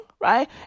Right